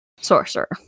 Sorcerer